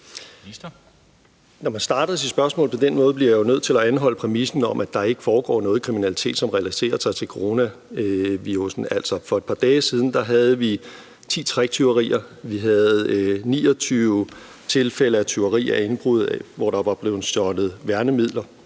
Når man starter sit spørgsmål på den måde, bliver jeg nødt til at anholde præmissen om, at der ikke foregår noget kriminalitet, som relaterer sig til coronavirussen. Altså, for et par dage siden havde vi 10 tricktyverier. Vi havde 29 tilfælde af tyveri og indbrud, hvor der var blevet stjålet værnemidler.